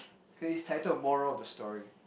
K it's titled Moral of the Story